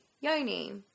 yoni